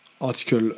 Article